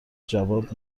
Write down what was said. جواب